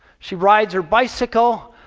she rides her bicycle.